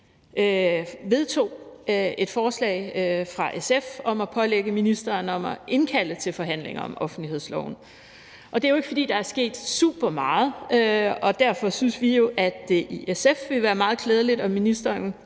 vedtog et forslag fra SF om at pålægge ministeren at indkalde til forhandlinger om offentlighedsloven. Det er jo ikke, fordi der er sket super meget, og derfor synes vi jo i SF, at det ville være meget klædeligt, hvis ministeren